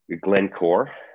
Glencore